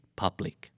public